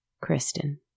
Kristen